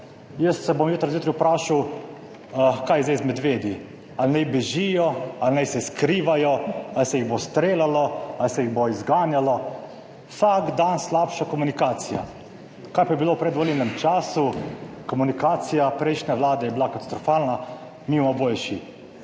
Jaz se bom jutri zjutraj vprašal, kaj je zdaj z medvedi, ali naj bežijo ali naj se skrivajo, ali se jih bo streljalo ali se jih bo izganjalo. Vsak dan slabša komunikacija. Kaj pa je bilo v predvolilnem času? »Komunikacija prejšnje vlade je bila katastrofalna, mi bomo boljši«.